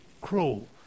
cruel